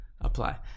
apply